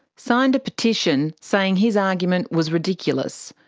signed a petition saying his argument was ridiculous.